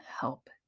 help